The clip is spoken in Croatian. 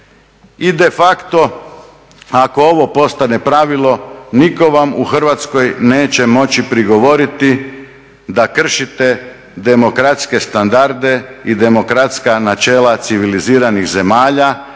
I defacto ako ovo postane pravilo nitko vam u Hrvatskoj neće moći prigovoriti da kršite demokratske standarde i demokratska načela civiliziranih zemalja